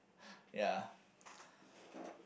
ya